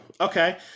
okay